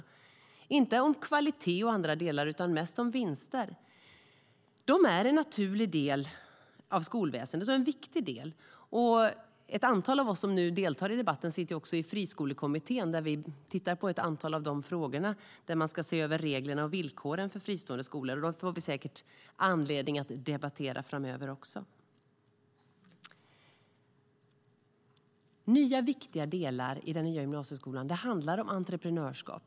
Det handlar inte om kvalitet och andra delar utan mest om vinster. Friskolorna är en naturlig och viktig del av skolväsendet, och ett antal av oss som nu deltar i debatten sitter även i Friskolekommittén. Där tittar vi på ett antal av dessa frågor och på att se över reglerna och villkoren för fristående skolor. Det får vi säkert anledning att debattera också framöver. Nya, viktiga delar i den nya gymnasieskolan handlar om entreprenörskap.